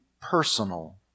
personal